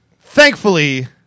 Thankfully